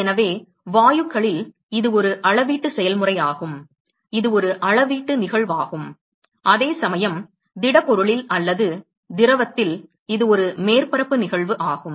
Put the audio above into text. எனவே வாயுக்களில் இது ஒரு அளவீட்டு செயல்முறையாகும் இது ஒரு அளவீட்டு நிகழ்வாகும் அதே சமயம் திடப்பொருளில் அல்லது திரவத்தில் இது ஒரு மேற்பரப்பு நிகழ்வு ஆகும்